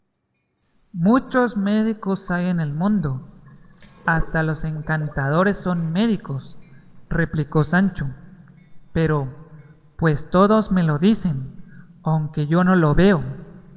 muchos médicos hay en el mundo hasta los encantadores son médicos replicó sancho pero pues todos me lo dicen aunque yo no me lo veo